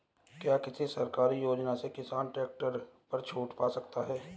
क्या किसी सरकारी योजना से किसान ट्रैक्टर पर छूट पा सकता है?